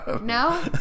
No